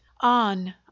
on